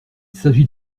s’agit